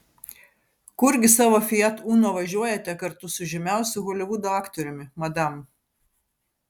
kurgi savo fiat uno važiuojate kartu su žymiausiu holivudo aktoriumi madam